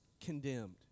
condemned